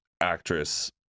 actress